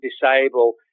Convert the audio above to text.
disable